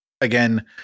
again